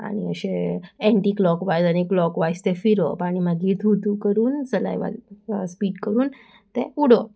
आनी अशे anti clock wise आनी क्लॉकवायज ते फिरप आनी मागीर थू थू करून सलायवान स्पीट करून तें उडप